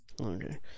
Okay